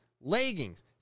leggings